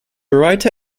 writer